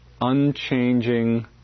unchanging